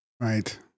Right